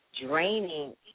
draining